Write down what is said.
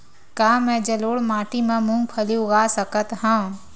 का मैं जलोढ़ माटी म मूंगफली उगा सकत हंव?